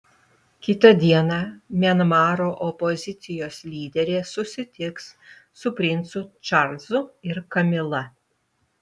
kitą dieną mianmaro opozicijos lyderė susitiks su princu čarlzu ir kamila